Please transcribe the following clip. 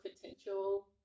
potential